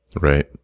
Right